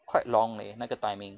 quite long leh 那个 timing